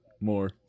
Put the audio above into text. more